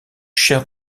cher